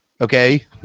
okay